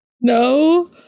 No